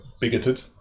bigoted